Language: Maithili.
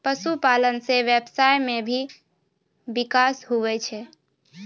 पशुपालन से व्यबसाय मे भी बिकास हुवै छै